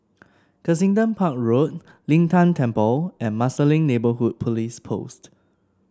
Kensington Park Road Lin Tan Temple and Marsiling Neighbourhood Police Post